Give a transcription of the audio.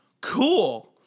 Cool